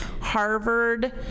Harvard